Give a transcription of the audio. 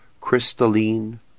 crystalline